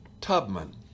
Tubman